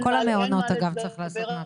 אגב, בכל המעונות צריך לעשות מהפכה.